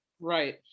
Right